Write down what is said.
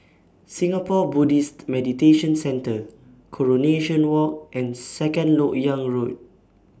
Singapore Buddhist Meditation Centre Coronation Walk and Second Lok Yang Road